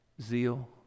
zeal